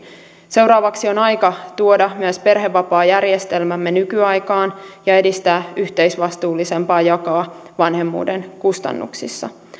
seuraavaksi on aika tuoda myös perhevapaajärjestelmämme nykyaikaan ja edistää yhteisvastuullisempaa jakoa vanhemmuuden kustannuksissa